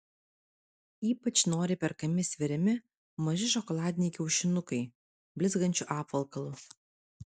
ypač noriai perkami sveriami maži šokoladiniai kiaušinukai blizgančiu apvalkalu